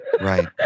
Right